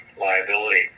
liability